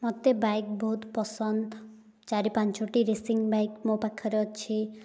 ମୋତେ ବାଇକ୍ ବହୁତ ପସନ୍ଦ ଚାରି ପାଞ୍ଚୋଟି ରେସିଂ ବାଇକ୍ ମୋ ପାଖରେ ଅଛି